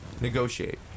negotiate